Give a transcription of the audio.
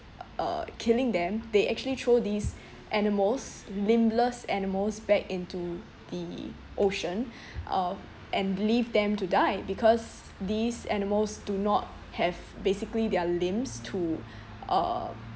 uh killing them they actually throw these animals limbless animals back into the ocean uh and leave them to die because these animals do not have basically their limbs to uh